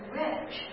rich